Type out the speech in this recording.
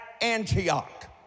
Antioch